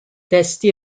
testi